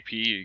AP